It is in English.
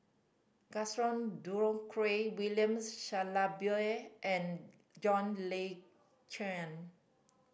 Gaston Dutronquoy Williams Shellabear and John Le